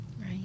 Right